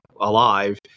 alive